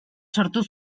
sortu